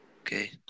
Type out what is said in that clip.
Okay